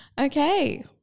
Okay